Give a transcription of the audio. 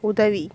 உதவி